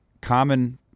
common